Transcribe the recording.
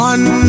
One